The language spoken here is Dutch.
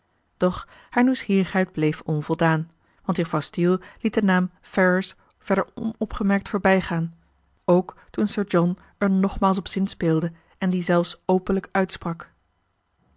doch haar nieuwsgierigheid bleef onvoldaan want juffrouw steele liet den naam ferrars verder onopgemerkt voorbijgaan ook toen sir john er nogmaals op zinspeelde en dien zelfs openlijk uitsprak